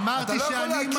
אמרתי שאני ממליץ.